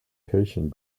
patient